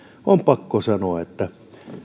on pakko sanoa että